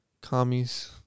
Commies